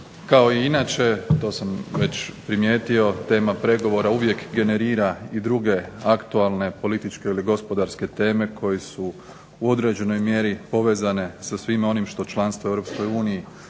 Kao i inače to sam već primijetio, tema pregovora uvijek generira i druge aktualne političke ili gospodarske teme koje su u određenoj mjeri povezane sa svime onim što članstvo u